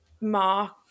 Mark